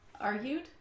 argued